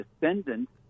descendants